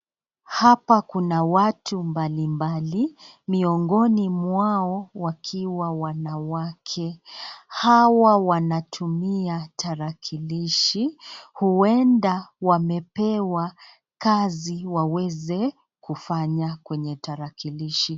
Hapa kuna watu mbalimbali. Miongoni mwao wakiwa wanawake. Hawa wanatumia tarakilishi. Huenda wamepewa kazi waweze kufanya kwenye tarakilishi.